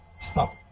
stop